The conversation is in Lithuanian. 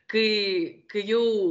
kai kai jau